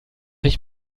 ich